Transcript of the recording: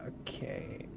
okay